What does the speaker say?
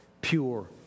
pure